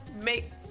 make